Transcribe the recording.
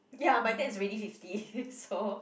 ya my dad is already fifty so